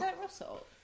Russell